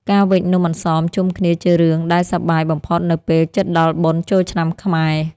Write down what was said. ការវេចនំអន្សមជុំគ្នាជារឿងដែលសប្បាយបំផុតនៅពេលជិតដល់បុណ្យចូលឆ្នាំខ្មែរ។